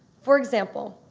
for example,